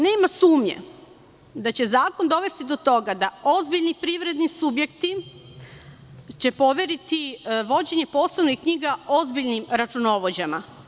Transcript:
Nema sumnje da će zakon dovesti do toga da će ozbiljni privredni subjekti poveriti vođenje poslovnih knjiga ozbiljnim računovođama.